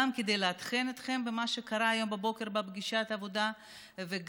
גם כדי לעדכן אתכם במה שקרה היום בבוקר בפגישת העבודה וגם,